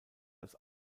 als